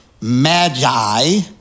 Magi